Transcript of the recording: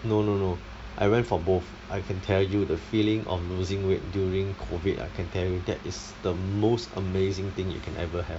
no no no I went for both I can tell you the feeling of losing weight during COVID ah I can tell you that is the most amazing thing you can ever have